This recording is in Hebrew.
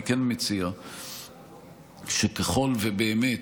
אני כן מציע שככל שבאמת,